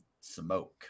smoke